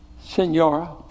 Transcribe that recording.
Senora